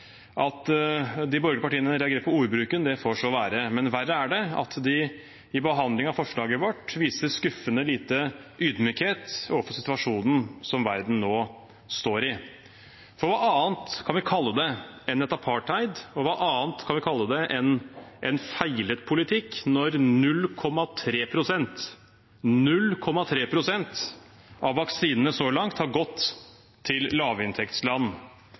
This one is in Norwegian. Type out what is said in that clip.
At de borgerlige partiene reagerer på ordbruken, får så være. Verre er det at de i behandlingen av forslaget vårt viser skuffende lite ydmykhet overfor situasjonen som verden nå står i. For hva annet kan vi kalle det enn en slags apartheid, og hva annet kan vi kalle det enn en feilet politikk, når 0,3 pst. – 0,3 pst. – av vaksinene så langt har gått til lavinntektsland?